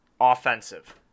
offensive